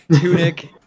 tunic